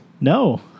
No